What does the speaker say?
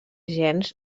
gens